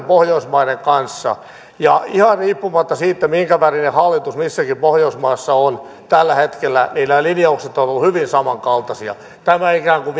pohjoismaiden kanssa ja ihan riippumatta siitä minkä värinen hallitus missäkin pohjoismaassa tällä hetkellä on nämä linjaukset ovat olleet hyvin samankaltaisia tämä ikään kuin